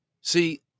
See